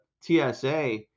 TSA